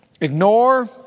ignore